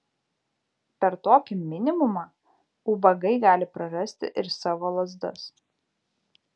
per tokį minimumą ubagai gali prarasti ir savo lazdas